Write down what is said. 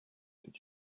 did